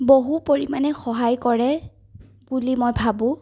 বহু পৰিমাণে সহায় কৰে বুলি মই ভাবোঁ